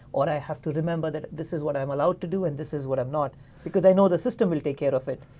i have to remember that this is what i am allowed to do and this is what i'm not because i know the system will take care of it.